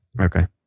Okay